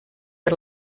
per